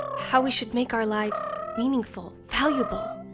how we should make our lives meaningful, valuable,